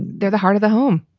they're the heart of the home.